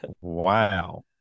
Wow